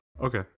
Okay